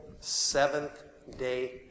Seventh-day